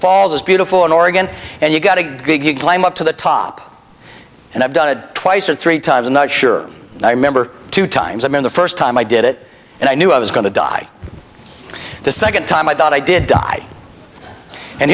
falls is beautiful in oregon and you got a big climb up to the top and i've done it twice or three times i'm not sure i remember two times i mean the first time i did it and i knew i was going to die the second time i thought i did die and